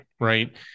right